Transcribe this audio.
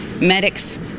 medics